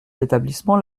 l’établissement